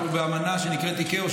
אנחנו באמנה שנקראת ICAO,